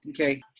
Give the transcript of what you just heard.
Okay